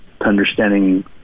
understanding